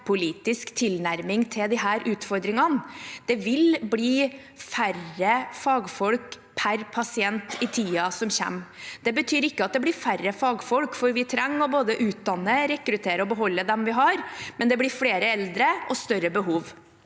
tverrpolitisk tilnærming til disse utfordringene. Det vil bli færre fagfolk per pasient i tiden som kommer. Det betyr ikke at det blir færre fagfolk, for vi trenger både å utdanne, rekruttere og beholde dem vi har, men det blir flere eldre og større behov.